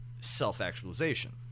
self-actualization